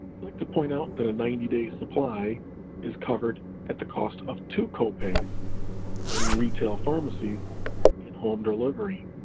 i'd like to point out that a ninety day supply is covered at the cost of two copays for many retail pharmacies and home delivery.